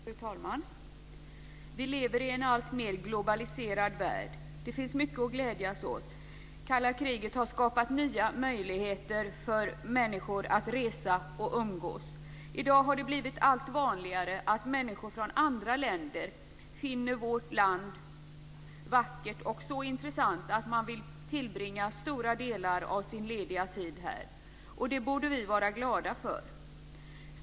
Fru talman! Vi lever i en alltmer globaliserad värld. Det finns mycket att glädjas åt. Kalla kriget har skapat nya möjligheter för människor att resa och umgås. I dag har det blivit allt vanligare att människor från andra länder finner vårt land vackert och så intressant att de vill tillbringa stora delar av sin lediga tid här. Det borde vi vara glada för.